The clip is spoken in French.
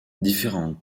différents